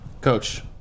Coach